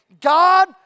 God